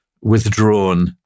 withdrawn